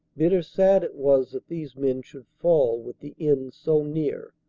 bitter sad it was that these men should fall with the end so near.